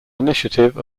initiative